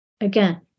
Again